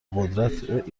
قدرت